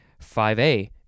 5A